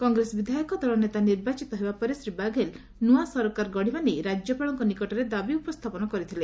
କଗେସ ବିଧାୟକ ଦଳ ନେତା ନିର୍ବାଚିତ ହେବା ପରେ ଶ୍ରୀ ବାଘେଲ ନୂଆ ସରକାର ଗଢ଼ିବା ନେଇ ରାଜ୍ୟପାଳଙ୍କ ନିକଟରେ ଦାବି ଉପସ୍ଥାପନ କରିଥିଲେ